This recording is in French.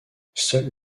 seules